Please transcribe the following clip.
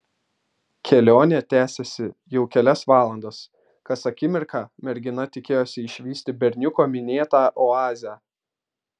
kelionė tęsėsi jau kelias valandas kas akimirką mergina tikėjosi išvysti berniuko minėtą oazę